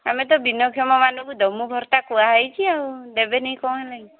ଆମେ ତ ଭିନ୍ନକ୍ଷମମାନଙ୍କୁ ଦେମୁ ଘରଟା କୁହା ହେଇଛି ଆଉ ଦେବେନି କ'ଣ ହେଲା କି